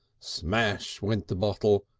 smash went the bottle,